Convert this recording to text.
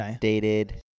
dated